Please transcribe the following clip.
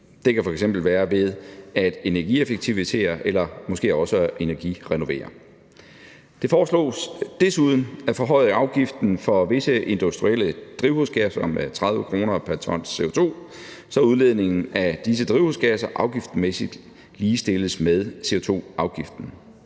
Det kan f.eks. være ved at energieffektivisere eller måske også energirenovere. Det foreslås desuden at forhøje afgiften for visse industrielle drivhusgasser med 30 kr. pr. t CO2, så udledningen af disse drivhusgasser afgiftsmæssigt ligestilles med CO2-afgiften.